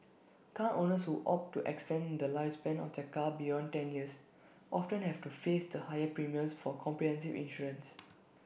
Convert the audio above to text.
car owners who opt to extend the lifespan of their car beyond ten years often have to face the higher premiums for comprehensive insurance